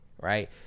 right